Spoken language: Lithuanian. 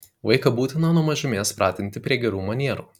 vaiką būtina nuo mažumės pratinti prie gerų manierų